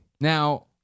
Now